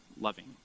loving